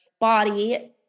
body